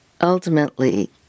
ultimately